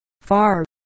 far